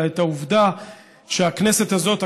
אלא את העובדה שהכנסת הזאת,